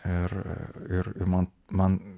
ir ir man man